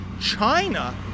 China